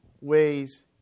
ways